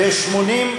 ו-80,